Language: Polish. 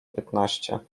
piętnaście